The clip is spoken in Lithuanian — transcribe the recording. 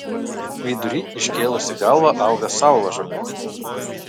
vidury iškėlusi galvą auga saulažolė